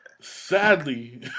Sadly